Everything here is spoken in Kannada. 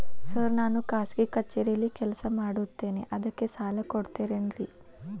ಸರ್ ನಾನು ಖಾಸಗಿ ಕಚೇರಿಯಲ್ಲಿ ಕೆಲಸ ಮಾಡುತ್ತೇನೆ ಅದಕ್ಕೆ ಸಾಲ ಕೊಡ್ತೇರೇನ್ರಿ?